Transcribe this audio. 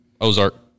Ozark